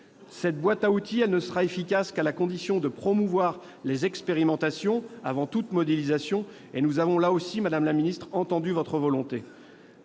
Cette boîte à outils ne sera efficace qu'à la condition, ensuite, de promouvoir les expérimentations avant toute modélisation : nous avons là aussi entendu votre volonté